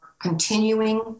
continuing